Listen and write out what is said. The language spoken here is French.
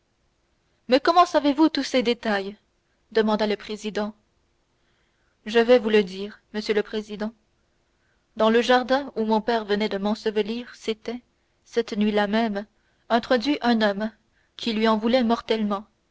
mais comment savez-vous tous ces détails demanda le président je vais vous le dire monsieur le président dans le jardin où mon père venait de m'ensevelir s'était cette nuit-là même introduit un homme qui lui en voulait mortellement